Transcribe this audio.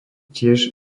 tiež